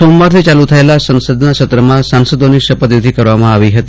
સોમવાર થી ચાલુ થયેલા સંસદના સત્રમાં સાંસદોની શપથવિધિ કરવામાં આવી ફતી